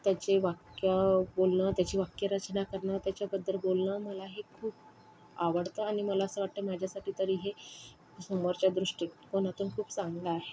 त्याचे वाक्यं बोलणं त्याची वाक्यरचना करणं त्याच्याबद्दल बोलणं मला हे खूप आवडतं आणि मला असं वाटतं माझ्यासाठी तरी हे समोरच्या दृष्टीकोनातून खूप चांगलं आहे